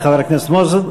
תודה לחבר הכנסת מוזס.